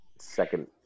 second